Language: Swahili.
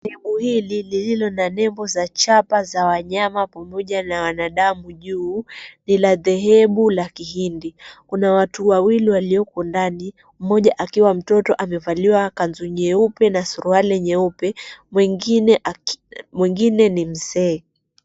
Dhehebu hili lililo na nembo za chapa za wanyama pamoja na wanadamu juu ni la dhehebu la kihindi. Kuna watu wawili walioko ndani mmoja akiwa mtoto amevalia kanzu nyeupe na suruali nyeupe. Mwingine ni mzee.